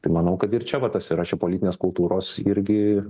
tai manau kad ir čia va tas yra čia politinės kultūros irgi